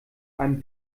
einem